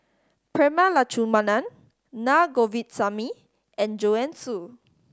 Prema Letchumanan Naa Govindasamy and Joanne Soo